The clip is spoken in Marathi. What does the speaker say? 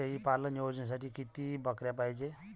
शेळी पालन योजनेसाठी किती बकऱ्या पायजे?